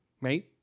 right